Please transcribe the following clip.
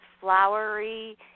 flowery